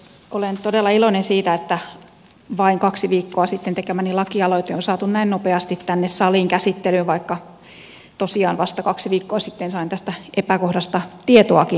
olen todella iloinen siitä että vain kaksi viikkoa sitten tekemäni lakialoite on saatu näin nopeasti tänne saliin käsittelyyn vaikka tosiaan vasta kaksi viikkoa sitten sain tästä epäkohdasta tietoakin